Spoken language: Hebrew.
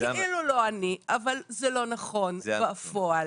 כאילו לא עני, אבל זה לא נכון בפועל,